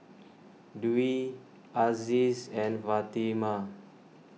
Dwi Aziz and Fatimah